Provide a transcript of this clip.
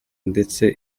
ndetse